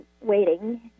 waiting